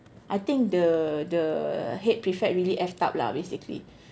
I think the the head prefect really effed up lah basically